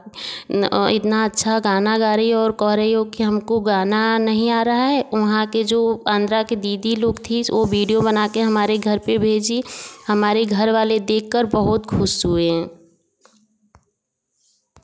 इतना अच्छा गाना गा रही हो और कह रही हो कि हमको गाना नहीं आ रहा है वहाँ के जो आंध्रा की दीदी लोग थी वो वीडियो बनाकर हमारे घर पर भेजी हमारे घर वाले देखकर बहुत खुश हुए